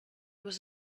was